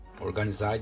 organized